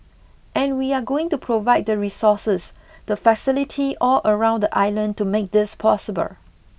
and we are going to provide the resources the facility all around the island to make this possible